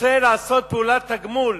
רוצה לעשות פעולת תגמול